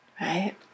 Right